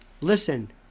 listen